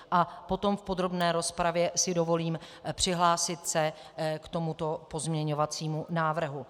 A potom v podrobné rozpravě si dovolím přihlásit se k tomuto pozměňovacímu návrhu.